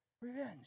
Revenge